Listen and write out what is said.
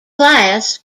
class